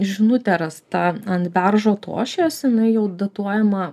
žinutė rasta ant beržo tošies jinai jau datuojama